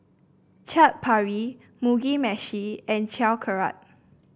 Chaat Papri Mugi Meshi and Sauerkraut